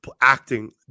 acting